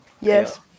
Yes